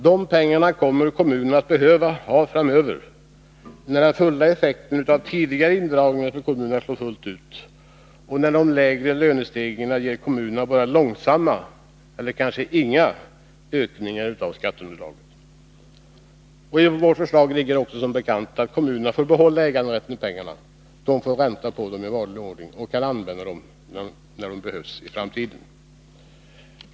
De pengarna kommer kommunerna att behöva ha framöver, när den fulla effekten av tidigare indragningar för kommunerna slår fullt ut och när de lägre lönestegringarna ger kommunerna bara långsamma eller inga ökningar av skatteunderlaget. I vårt förslag ligger också som bekant att kommunerna får behålla äganderätten till pengarna, får ränta på dem i vanlig ordning och kan använda dem när de behövs i framtiden.